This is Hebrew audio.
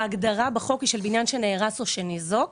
ההגדרה בחוק היא של בניין שנהרס או שניזוק.